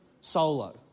solo